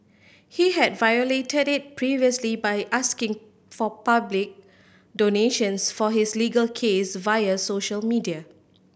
he had violated it previously by asking for public donations for his legal case via social media